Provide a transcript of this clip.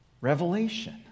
Revelation